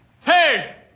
Hey